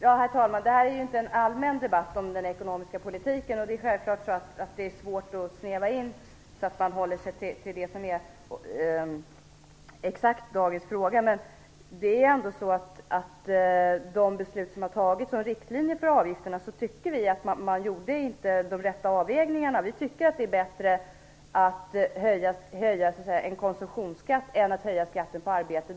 Herr talman! Det här är ju inte en allmän debatt om den ekonomiska politiken. Det är självfallet svårt att snäva in och hålla sig till det som exakt är dagens fråga. Men vi tycker inte att man gjorde de rätta avvägningarna i de beslut som fattades som riktlinjer för avgifterna. Vi tycker att det är bättre att höja en konsumtionsskatt än att höja skatten på arbete.